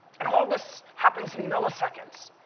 and all this happens in milliseconds,